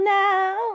now